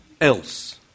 else